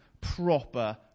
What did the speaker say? proper